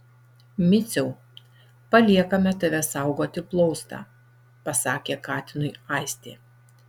miciau paliekame tave saugoti plaustą pasakė katinui aistė